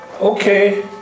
okay